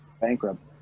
bankrupt